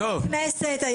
חבר הכנסת,